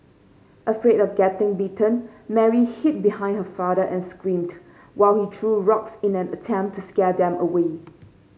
afraid of getting bitten Mary hid behind her father and screamed while he threw rocks in an attempt to scare them away